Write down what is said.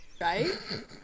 Right